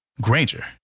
Granger